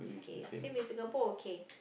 K same in Singapore okay